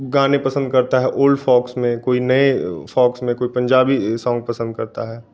गाने पसंद करता है ओल्ड फॉक्स में कोई नये फॉक्स में कोई पंजाबी सॉन्ग पसंद करता है